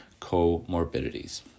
comorbidities